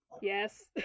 Yes